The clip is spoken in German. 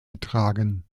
getragen